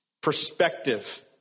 perspective